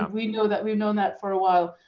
we know that. we've known that for awhile.